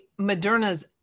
Moderna's